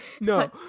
No